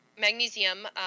magnesium